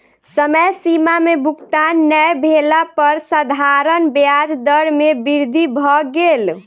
समय सीमा में भुगतान नै भेला पर साधारण ब्याज दर में वृद्धि भ गेल